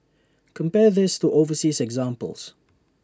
compare this to overseas examples